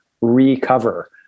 recover